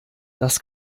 das